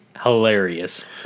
hilarious